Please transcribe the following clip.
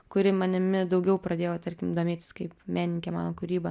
kuri manimi daugiau pradėjo tarkim domėtis kaip menininke mano kūryba